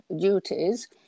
duties